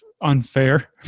unfair